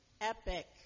epic